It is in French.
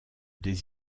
des